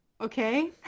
okay